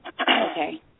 Okay